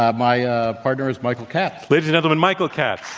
um my partner is michael katz. ladies and gentlemen, michael katz.